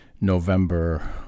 November